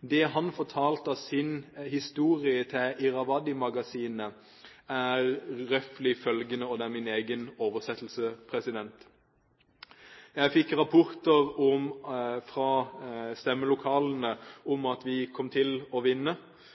Det han fortalte av sin historie til Irrawaddy-magasinet, er omtrent som følger – og det er min egen oversettelse: Jeg fikk rapporter fra stemmelokalene om at vi kom til å vinne.